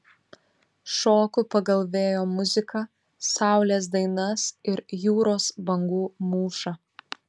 šoku pagal vėjo muziką saulės dainas ir jūros bangų mūšą